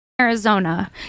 Arizona